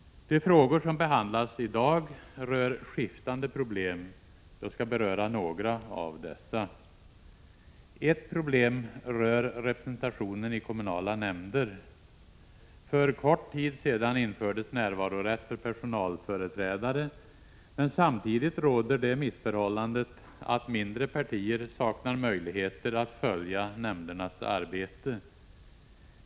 De frågor som behandlas i dag rör skiftande problem. Jag skall beröra några av dessa. Ett problem rör representationen i kommunala nämnder. För kort tid sedan infördes närvarorätt för personalföreträdare. Samtidigt råder det missförhållandet att mindre partier saknar möjligheter att följa nämndernas arbete.